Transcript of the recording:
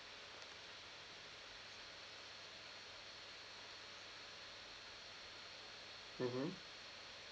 mmhmm